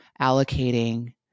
allocating